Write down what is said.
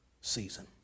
season